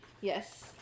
Yes